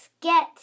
get